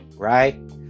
Right